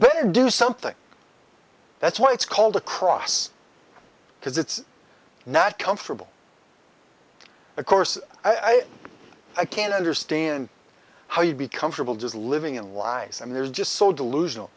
better do something that's why it's called a cross because it's not comfortable of course i think i can understand how you'd be comfortable just living in lies and there's just so delusional